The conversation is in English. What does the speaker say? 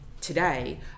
today